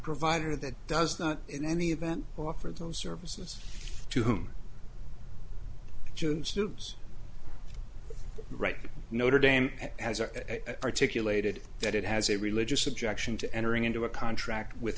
provider that does not in any event offer those services to whom june stupes right notre dame has an articulated that it has a religious objection to entering into a contract with